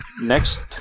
next